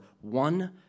one